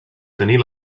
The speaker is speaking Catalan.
tenir